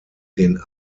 den